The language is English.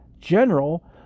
General